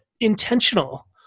intentional